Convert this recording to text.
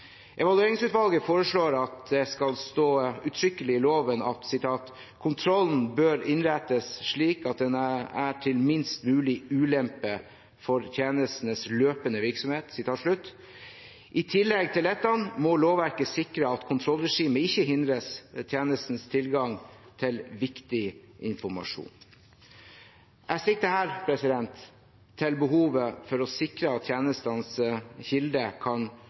Evalueringsutvalget foreslår at det skal stå uttrykkelig i loven at «kontrollen bør innrettes slik at den er til minst mulig ulempe for tjenestenes løpende virksomhet.» I tillegg til dette må lovverket sikre at kontrollregimet ikke hindrer tjenestenes tilgang til viktig informasjon. Jeg sikter her til behovet for å sikre at tjenestenes kilde kan